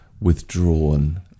withdrawn